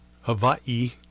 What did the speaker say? Hawaii